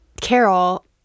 Carol